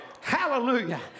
Hallelujah